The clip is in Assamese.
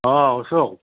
অঁ অশোক